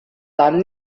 dann